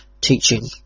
teaching